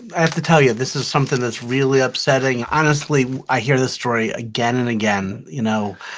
i have to tell you, this is something that's really upsetting. honestly i hear this story again and again you know